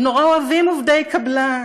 הם נורא אוהבים עובדי קבלן: